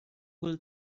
will